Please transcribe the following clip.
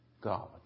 God